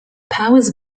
powers